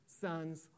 Son's